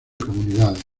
comunidades